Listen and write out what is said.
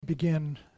begin